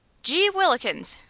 geewhillikens!